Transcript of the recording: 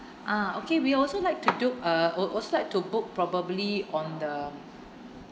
ah okay we also like to do a a~ also like to book probably on the